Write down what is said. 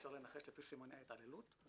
אפשר לנחש לפי סימני ההתעללות.